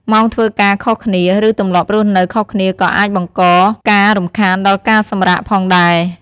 ម៉ោងធ្វើការខុសគ្នា ឬទម្លាប់រស់នៅខុសគ្នាក៏អាចបង្កការរំខានដល់ការសម្រាក ផងដែរ។